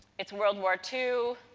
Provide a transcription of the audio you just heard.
it's world war two,